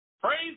Praise